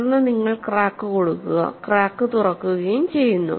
തുടർന്ന് നിങ്ങൾ ക്രാക്ക് കൊടുക്കുക ക്രാക്ക് തുറക്കുകയും ചെയ്യുന്നു